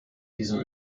diesem